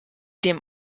dem